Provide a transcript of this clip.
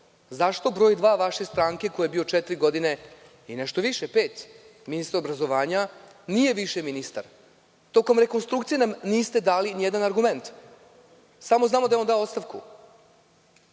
Zašto broj dva vaše stranke, koji je bio četiri godine, skoro pet, ministar obrazovanja, nije više ministar? Tokomrekonstrukcije nam niste dali nijedan argument. Samo znamo da je on dao ostavku.